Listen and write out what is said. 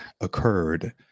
occurred